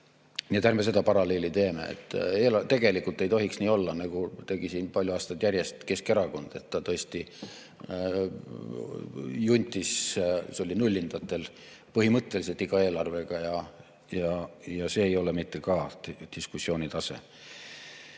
et ärme seda paralleeli tõmbame. Tegelikult ei tohiks nii olla, nagu tegi siin palju aastaid järjest Keskerakond – ta tõesti juntis. See oli nullindatel põhimõtteliselt iga eelarvega. Ja see ei ole mitte ka diskussiooni tase.